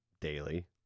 daily